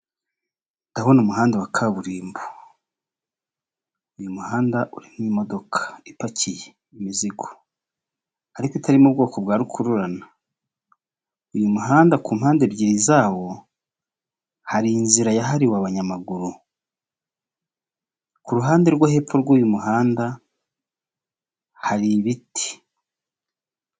Ndabona umuhanda wa kaburimbo uyu muhanda urimo imodoka ipakiye imizigo ariko itari mu bwoko bwa rukururana, uyu muhanda ku mpande ebyiri zawo hari inzira yahariwe abanyamaguru ku ruhande rwo hepfo rw'uyu muhanda hari ibiti.